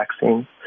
vaccine